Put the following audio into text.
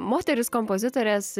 moterys kompozitorės